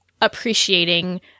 appreciating